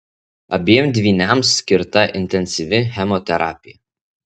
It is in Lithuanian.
abiem dvyniams skirta intensyvi chemoterapija